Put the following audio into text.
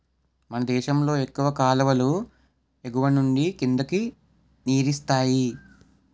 మనదేశంలో ఎక్కువ కాలువలు ఎగువనుండి కిందకి నీరిస్తాయి